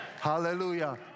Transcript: Hallelujah